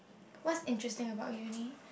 what's interesting about uni